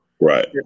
right